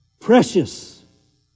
Precious